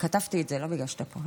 כתבתי את זה לא בגלל שאתה פה,